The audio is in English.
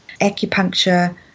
acupuncture